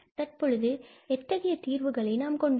தற்பொழுது எத்தகைய தீர்வுகளை நாம் கொண்டுள்ளோம்